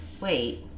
wait